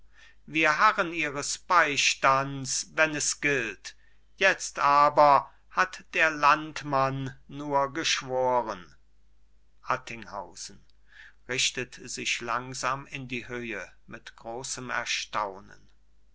wir harren ihres beistands wenn es gilt jetzt aber hat der landmann nur geschworen attinghausen richtet sich langsam in die höhe mit großem erstaunen